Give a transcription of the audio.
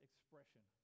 expression